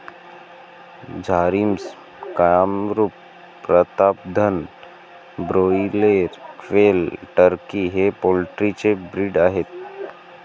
Jharsim, Kamrup, Pratapdhan, broiler, quail, turkey हे poultry चे breed आहेत